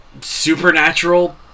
supernatural